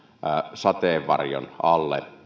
sateenvarjon alle